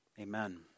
Amen